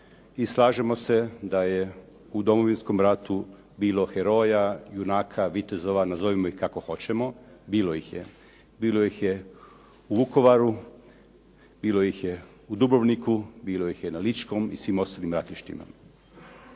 i slažemo se da je u Domovinskom ratu bilo heroja, junaka, vitezova, nazovimo ih kako hoćemo, bilo ih je. Bilo ih je u Vukovaru, bilo ih je u Dubrovniku, bilo ih je na ličkom i svim ostalim ratištima.